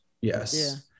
Yes